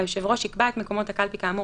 היושב ראש יקבע את מקומות הקלפי כאמור